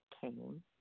came